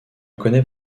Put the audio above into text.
connaît